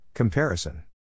Comparison